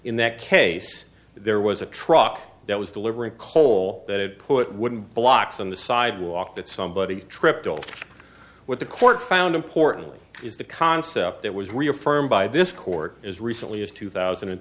in that case there was a truck that was delivering coal that had put wooden blocks on the sidewalk that somebody tripped over what the court found importantly is the concept that was reaffirmed by this court as recently as two thousand and